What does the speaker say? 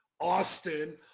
Austin